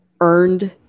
earned